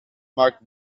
marked